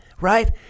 right